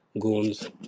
goons